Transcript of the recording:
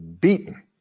beaten